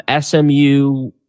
SMU